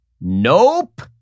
Nope